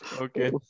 Okay